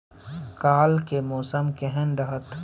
काल के मौसम केहन रहत?